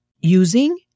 using